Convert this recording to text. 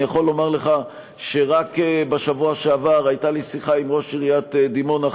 אני יכול לומר לך שרק בשבוע שעבר הייתה לי שיחה עם ראש עיריית דימונה,